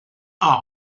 arc